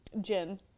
gin